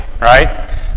Right